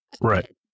Right